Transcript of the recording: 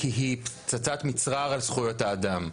כי היא פצצת מצרר על זכויות האדם,